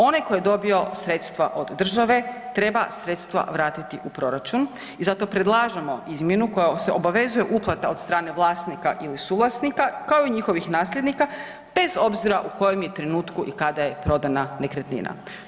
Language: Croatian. Onaj tko je dobio sredstva od države treba sredstva vratiti u proračun i zato predlažemo izmjenu koja obvezuju uplatu od strane vlasnika ili suvlasnika, kao i njihovih nasljednika bez obzira u kojem je trenutku i kada je prodana nekretnina.